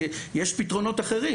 כי יש פתרונות אחרים.